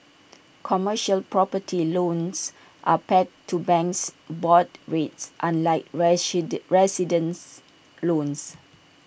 commercial property loans are pegged to banks board rates unlike residents loans